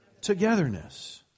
Togetherness